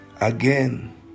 again